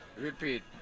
Repeat